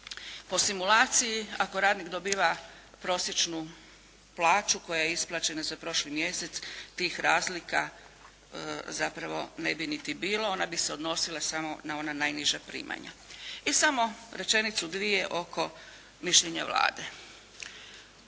Po simulaciji ako radnik dobiva prosječnu plaću koja je isplaćena za prošli mjesec tih razlika zapravo ne bi niti bilo, ona bi se odnosila samo na ona najniža primanja. I samo rečenicu, dvije oko mišljenja Vlade.